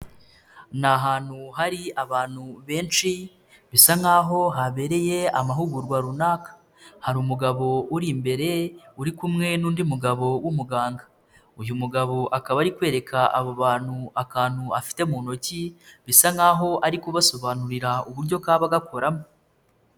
Ni ahantu hari abantu benshi bisa nk'aho habereye amahugurwa runaka, hari umugabo uri imbere uri kumwe n'undi mugabo w'umuganga, uyu mugabo akaba ari kwereka abo bantu akantu afite mu ntoki bisa nk'aho ari kubasobanurira uburyo kaba gakoramo.